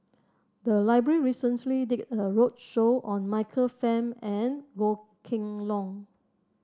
the library recently did a roadshow on Michael Fam and Goh Kheng Long